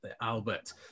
Albert